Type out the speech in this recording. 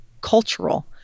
cultural